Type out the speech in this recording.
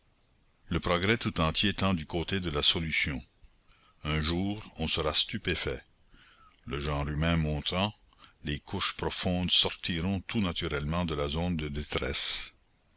le progrès tout entier tend du côté de la solution un jour on sera stupéfait le genre humain montant les couches profondes sortiront tout naturellement de la zone de détresse